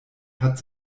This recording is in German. hat